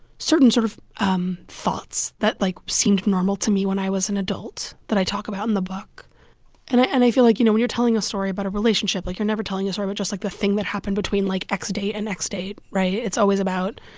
certain sort of um thoughts that, like, seemed normal to me when i was an adult that i talk about in the book and i and i feel like, you know, when you're telling a story about a relationship, like, you're never telling a story but just, like, the thing that happened between, like, x date and x date, right? it's always about